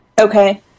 Okay